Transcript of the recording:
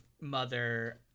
mother